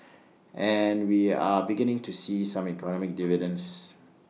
and we are beginning to see some economic dividends